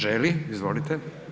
Želi, izvolite.